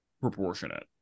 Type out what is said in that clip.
proportionate